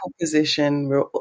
position